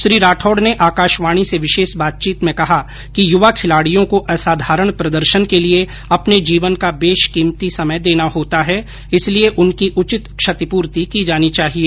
श्री राठौड ने आकाशवाणी से विशेष बातचीत में कहा कि य्वा खिलाड़ियों को असाधारण प्रदर्शन के लिए अपने जीवन का बेशकीमती समय देना होता है इसलिए उनकी उचित क्षतिपूर्ति की जानी चाहिए